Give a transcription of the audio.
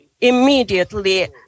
immediately